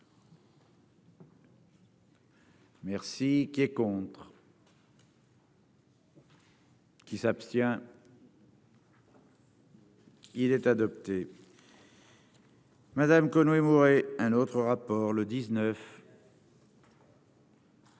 Merci qui est contre. Qui s'abstient. Il est adopté. Madame Conway Mouret un autre rapport le 19.